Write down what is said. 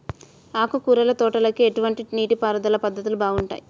ఆకుకూరల తోటలకి ఎటువంటి నీటిపారుదల పద్ధతులు బాగుంటాయ్?